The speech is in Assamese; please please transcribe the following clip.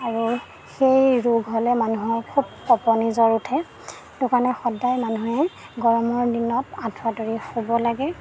আৰু সেই ৰোগ হ'লে মানুহৰ খুব কঁপনি জ্বৰ উঠে সেইটো কাৰণে সদায় মানুহে গৰমৰ দিনত আঁঠুৱা তৰি শুব লাগে